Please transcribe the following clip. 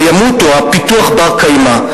או פיתוח בר-קיימא.